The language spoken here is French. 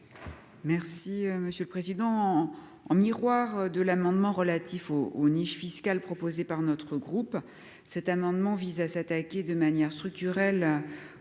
merci Monsieur le Président,